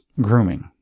grooming